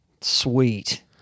sweet